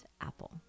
Apple